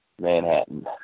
Manhattan